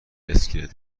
اسکلت